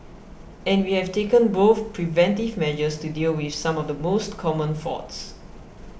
and we have taken both preventive measures to deal with some of the most common faults